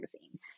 magazine